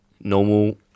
normal